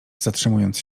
zatrzymując